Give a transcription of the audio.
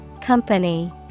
Company